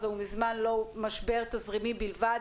מזמן לא משבר תזרימי בלבד.